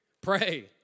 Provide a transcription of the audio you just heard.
Pray